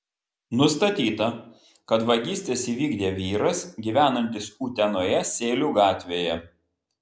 nustatyta kad vagystes įvykdė vyras gyvenantis utenoje sėlių gatvėje